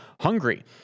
Hungary